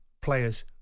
players